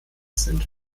sind